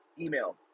email